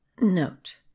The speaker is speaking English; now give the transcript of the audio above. Note